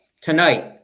tonight